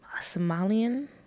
somalian